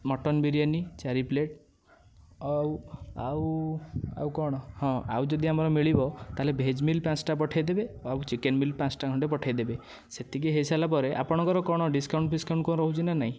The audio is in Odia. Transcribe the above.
ମଟନ ବିରିୟାନି ଚାରି ପ୍ଲେଟ ଆଉ ଆଉ ଆଉ କ'ଣ ହଁ ଆଉ ଯଦି ଆମର ମିଳିବ ତାହେଲେ ଭେଜ ମିଲ୍ ପାଞ୍ଚଟା ପଠାଇଦେବେ ଆଉ ଚିକେନ ମିଲ୍ ପାଞ୍ଚଟା ଖଣ୍ଡେ ପଠାଇଦେବେ ସେତିକି ହୋଇ ସାରିଲାପରେ ଆପଣଙ୍କର କ'ଣ ଡିସକାଉଣ୍ଟ୍ ଫିସକାଉଣ୍ଟ୍ କ'ଣ ରହୁଚି ନା ନାଇଁ